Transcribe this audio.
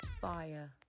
fire